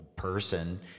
person